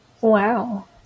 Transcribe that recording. Wow